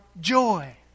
joy